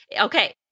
Okay